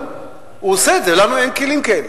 הוא עושה את זה, לנו אין כלים כאלה.